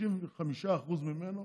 95% ממנו